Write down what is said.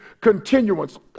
continuance